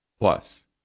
Plus